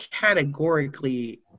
categorically